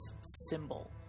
symbol